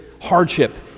hardship